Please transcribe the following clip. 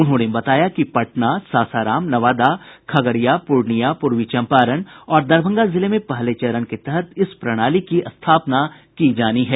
उन्होंने बताया कि पटना सासाराम नवादा खगड़िया पूर्णियां पूर्वी चम्पारण और दरभंगा जिले में पहले चरण के तहत इस प्रणाली की स्थापना की जानी है